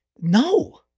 No